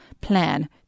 plan